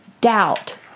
doubt